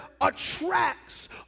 attracts